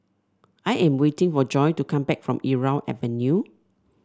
I am waiting for Joy to come back from Irau Avenue